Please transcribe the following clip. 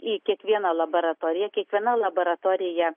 į kiekvieną laboratoriją kiekviena laboratorija